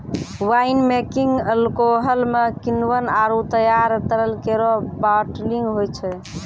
wine making alcohol म किण्वन आरु तैयार तरल केरो बाटलिंग होय छै